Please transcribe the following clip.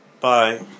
Bye